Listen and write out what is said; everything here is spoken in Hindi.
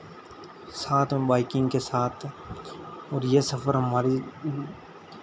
साथ में बाइकिंग के साथ और ये सफ़र हमारी